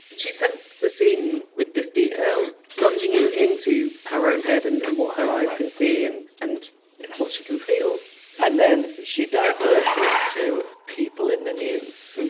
she sets the scene with this detail, plunging you into her own head and and what her eyes can see and and what she can feel and then she diverts into people in the news,